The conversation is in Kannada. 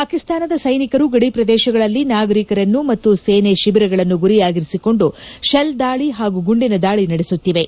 ಪಾಕಿಸ್ತಾನದ ಸ್ಲೆನಿಕರು ಗಡಿ ಪ್ರದೇಶಗಳಲ್ಲಿ ನಾಗರೀಕರನ್ನು ಮತ್ತು ಸೇನೆ ಶಿಬಿರಗಳನ್ನು ಗುರಿಯಾಗಿರಿಸಿಕೊಂಡು ಶೆಲ್ ದಾಳಿ ಹಾಗೂ ಗುಂಡಿನ ದಾಳಿ ನಡೆಸುತ್ತಿವೆ